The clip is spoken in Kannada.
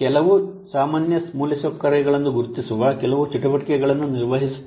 ಕೆಲವು ಸಾಮಾನ್ಯ ಮೂಲಸೌಕರ್ಯಗಳನ್ನು ಗುರುತಿಸುವ ಕೆಲವು ಚಟುವಟಿಕೆಗಳನ್ನು ನಿರ್ವಹಿಸುತ್ತಾರೆ